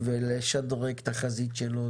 ולשדרג את החזית שלו,